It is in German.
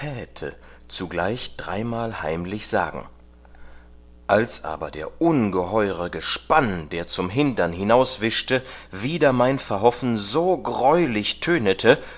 zugleich dreimal heimlich sagen als aber der ungeheure gespann der zum hindern hinauswischte wider mein verhoffen so